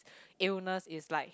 illness is like